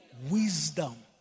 Wisdom